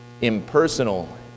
impersonal